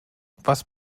was